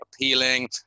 appealing